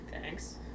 Thanks